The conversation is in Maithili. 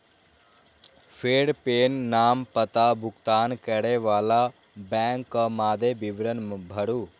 फेर पेन, नाम, पता, भुगतान करै बला बैंकक मादे विवरण भरू